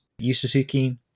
yusuzuki